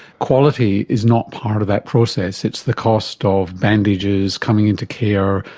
quality is not part of that process. it's the cost ah of bandages, coming in to care,